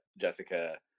Jessica